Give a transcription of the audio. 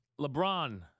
LeBron